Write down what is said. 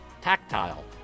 tactile